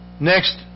Next